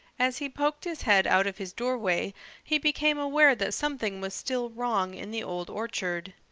as he poked his head out of his doorway he became aware that something was still wrong in the old orchard.